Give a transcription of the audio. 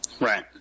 Right